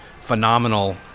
phenomenal